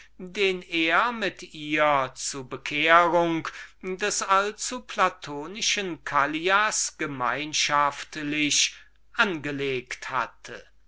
den er mit ihr zu bekehrung des allzuplatonischen callias gemeinschaftlich angelegt hatte